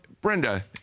Brenda